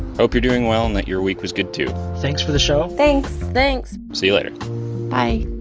hope you're doing well and that your week was good, too thanks for the show thanks thanks see you later bye